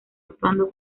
actuando